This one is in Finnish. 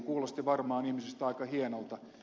kuulosti varmaan ihmisistä aika hienolta